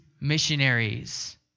missionaries